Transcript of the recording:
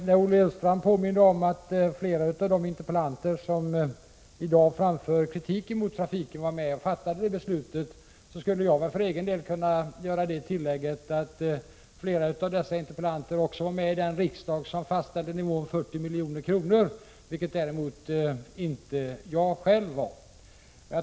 När Olle Östrand påminner om att flera av de interpellanter som i dag framför kritik mot trafiken var med om att fatta beslutet skulle jag för egen del kunna göra det tillägget att flera av interpellanterna också var med i den riksdag som fastställde nivån 40 milj.kr., vilket jag däremot inte var själv.